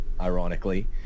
ironically